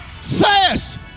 fast